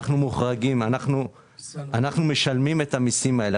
אנו משלמים את המיסים הללו.